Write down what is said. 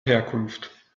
herkunft